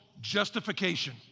justification